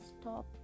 stop